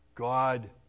God